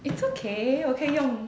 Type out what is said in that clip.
it's okay 我可以用